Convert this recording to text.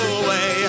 away